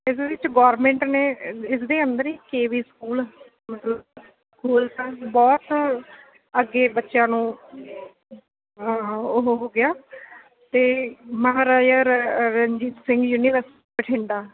ਇਹਦੇ ਵਿੱਚ ਗੌਰਮੈਂਟ ਨੇ ਇਹ ਇਸਦੇ ਅੰਦਰ ਹੀ ਕੇ ਵੀ ਸਕੂਲ ਮਤਲਬ ਬਹੁਤ ਅੱਗੇ ਬੱਚਿਆਂ ਨੂੰ ਉਹ ਹੋ ਗਿਆ ਅਤੇ ਮਹਾਰਾਜਾ ਰ ਰਣਜੀਤ ਸਿੰਘ ਯੂਨੀਵਰਸਿਟੀ ਬਠਿੰਡਾ